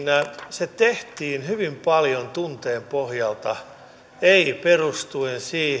se tehtiin hyvin paljon tunteen pohjalta ei perustuen siihen